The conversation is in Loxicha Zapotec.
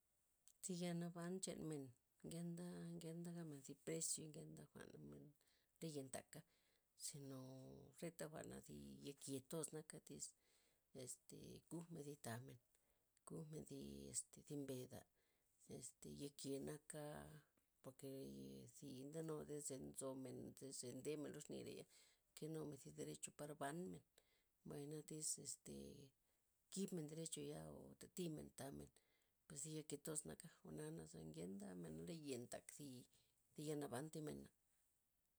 Thi yalnaban chanmen ngenta'-ngenta' gabmen zi precio'y ngenta jwa'n gabmen laye' ntaka, zinoo reta jwa'na zi yake toza naka tiz este kujmen thi tamen o kujmen zi- zi mbeda' este yake naka porke zi ndenudey ze nxoo men tiz ze ndemen lo exnireya' kenunn- zi derecho para banmen, mbayna tiss este kibmen derechoya o tatimen tamen pues yake toz naka, jwa'na naza ngenta gabmen laye ntak zi- zi yenaban thi mena'.